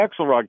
Axelrod